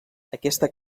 aquesta